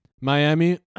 Miami